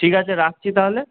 ঠিক আছে রাখছি তাহলে